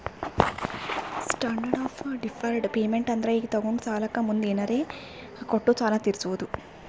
standard of deferred payment ಅಂದುರ್ ಈಗ ತೊಗೊಂಡ ಸಾಲಕ್ಕ ಮುಂದ್ ಏನರೇ ಕೊಟ್ಟು ಸಾಲ ತೀರ್ಸೋದು